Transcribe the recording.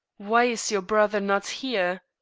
why is your brother not here?